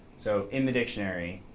so in the dictionary,